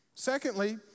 Secondly